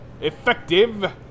Effective